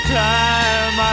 time